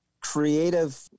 creative